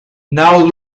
now